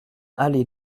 allée